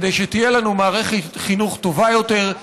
כדי שתהיה לנו מערכת חינוך טובה יותר,